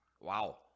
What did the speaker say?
wow